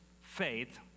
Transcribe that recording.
faith